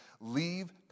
leave